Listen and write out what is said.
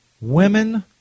women